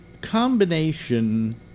combination